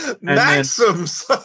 Maxim's